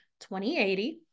2080